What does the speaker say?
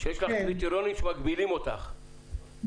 שיש לך קריטריונים שמגבילים אותך,